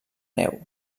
neu